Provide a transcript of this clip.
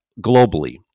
globally